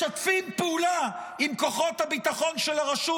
משתפים פעולה עם כוחות הביטחון של הרשות